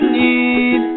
need